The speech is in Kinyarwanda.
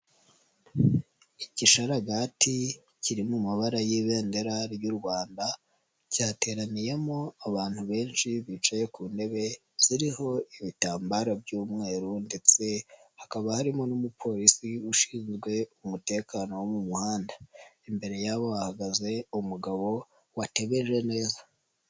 Igishararaga kiri mu mabara y'ibendera ry'u Rwanda cyateraniyemo abantu benshi bicaye ku ntebe ziriho ibitambaro by'umweru ndetse hakaba harimo n'umupolisi ushinzwe umutekano wo mu muhanda, imbere yabo hahagaze umugabo wategereje neza.